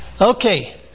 Okay